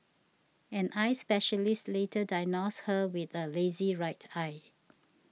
an eye specialist later diagnosed her with a lazy right eye